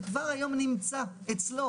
זה כבר היום נמצא אצלו.